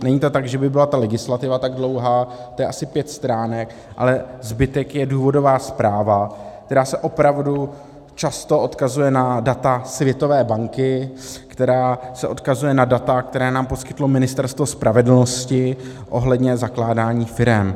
Není to tak, že by byla ta legislativa tak dlouhá, to je asi pět stránek, ale zbytek je důvodová zpráva, která se opravdu často odkazuje na data Světové banky, která se odkazuje na data, která nám poskytlo Ministerstvo spravedlnosti ohledně zakládání firem.